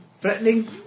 threatening